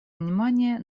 внимание